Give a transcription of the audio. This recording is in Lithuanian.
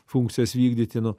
funkcijas vykdyti nu